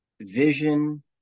vision